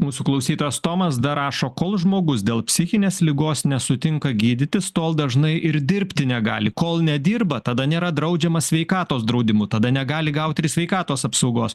mūsų klausytojas tomas dar rašo kol žmogus dėl psichinės ligos nesutinka gydytis tol dažnai ir dirbti negali kol nedirba tada nėra draudžiamas sveikatos draudimu tada negali gaut ir sveikatos apsaugos